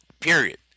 period